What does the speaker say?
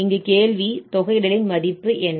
இங்கு கேள்வி தொகையிடலின் மதிப்பு என்ன